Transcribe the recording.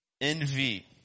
Envy